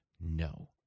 No